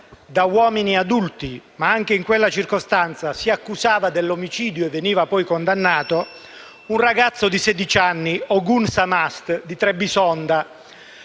da uomini adulti, ma anche in quella circostanza si accusava dell'omicidio e veniva poi condannato un ragazzo di sedici anni, Ogün Samast, di Trebisonda,